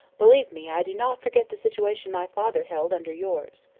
believe me, i do not forget the situation my father held under yours.